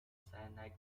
cyanide